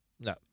No